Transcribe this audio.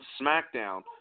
SmackDown